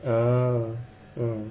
ah